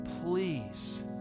please